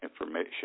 information